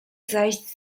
zajść